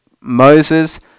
Moses